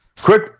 Quick